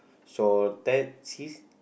shore taxis